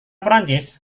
prancis